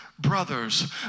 Brothers